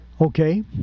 Okay